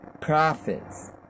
prophets